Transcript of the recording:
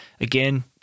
Again